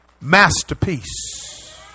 Masterpiece